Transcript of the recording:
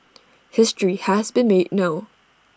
history has been made no